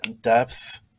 depth